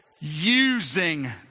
Using